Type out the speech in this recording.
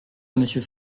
monsieur